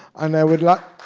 and i would like